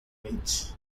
wedge